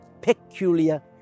peculiar